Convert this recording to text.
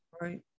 right